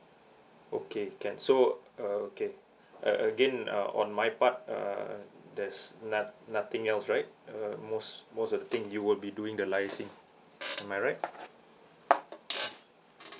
okay can so uh okay uh again uh on my part uh there's not~ nothing else right err most most of the thing you will be doing the liaising am I right